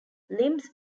limbs